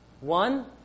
One